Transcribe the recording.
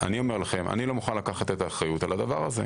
אני לא מוכן לקחת את האחריות על כך.